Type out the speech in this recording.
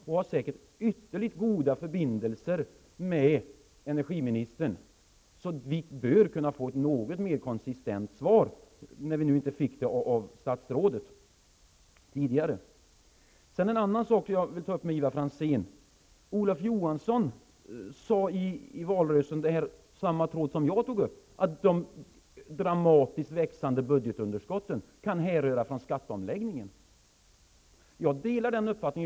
Han har säkert ytterligt goda förbindelser med energiministern, så vi bör kunna få ett något mer konsistent svar, när vi inte fick det av statsrådet tidigare. En annan fråga som jag vill ta upp med Ivar Franzén gäller att Olof Johansson i valrörelsen tog upp samma tråd som jag tagit upp om att de dramatiskt växande budgetunderskotten kan härröra från skatteomläggningen. Jag delar den uppfattningen.